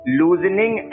loosening